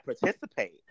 participate